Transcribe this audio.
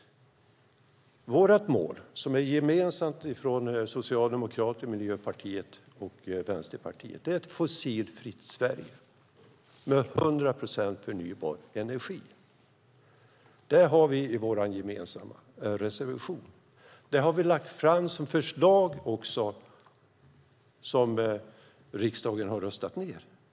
Vårt gemensamma mål från Socialdemokraterna, Miljöpartiet och Vänsterpartiet är ett fossilfritt Sverige med 100 procent förnybar energi. Det har vi i vår gemensamma reservation, och det har vi också lagt fram som ett förslag som riksdagen har röstat ned.